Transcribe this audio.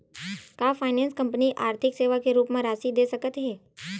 का finance company आर्थिक सेवा के रूप म राशि दे सकत हे?